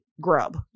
grub